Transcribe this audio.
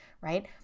right